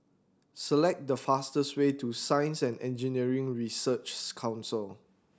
select the fastest way to Science and Engineering Researches Council